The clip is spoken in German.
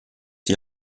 die